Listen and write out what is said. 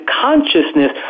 consciousness